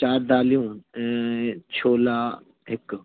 चार दालियूं ऐं छोला हिकु